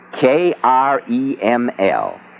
K-R-E-M-L